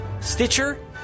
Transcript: Stitcher